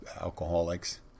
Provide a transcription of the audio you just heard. alcoholics